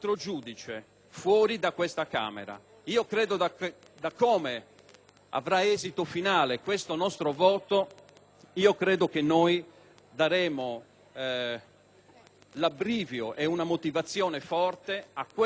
dell'esito finale di questo nostro voto daremo o l'abbrivio e una motivazione forte a quelle iniziative oppure manterremo nell'ambito delle nostre decisioni